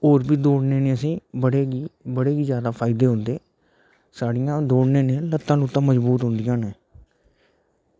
होर बी दौड़ने नै असें बड़े गै बड़े गै फायदे होंदे साढ़ियां दौड़ने नै लत्तां लुत्तां मज़बूत होंदियां न